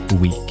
week